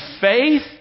faith